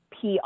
PR